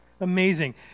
Amazing